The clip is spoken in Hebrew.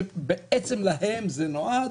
שלהם זה נועד,